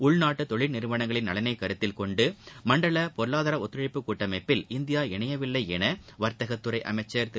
உள்நாட்டு தொழில் நிறுவனங்களின் நலனைக் கருத்தில் கொண்டு மண்டலப் பொருளாதார ஒத்துழைப்பு கூட்டமைப்பில் இந்தியா இணையவில்லை என வர்த்தகத்துறை அமைச்சர் திரு